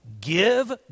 Give